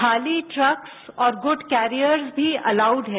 खाली ट्रक्स और गुडकैरियर्स भी अलाउड है